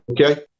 Okay